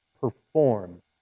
perform